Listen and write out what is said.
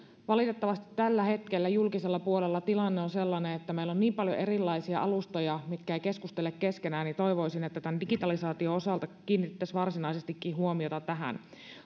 valitettavasti tällä hetkellä julkisella puolella tilanne on sellainen että meillä on paljon erilaisia alustoja mitkä eivät keskustele keskenään toivoisin että tämän digitalisaation osalta kiinnitettäisiin varsinaisestikin huomiota tähän